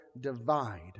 divide